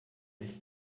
ist